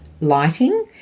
lighting